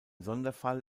sonderfall